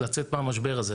לצאת מהמשבר הזה.